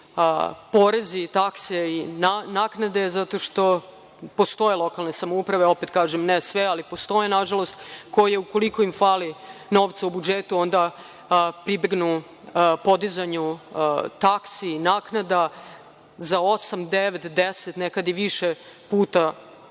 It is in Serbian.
porezi, takse i naknade, zato što postoje lokalne samouprave, opet kažem, ne sve, ali postoje nažalost koje ukoliko im fali novca u budžetu onda pribegnu podizanju taksi, naknada za osam, devet, deset, a nekad i više puta